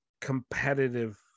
competitive